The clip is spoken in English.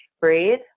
Breathe